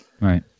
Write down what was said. right